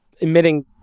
emitting